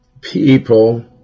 people